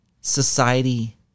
society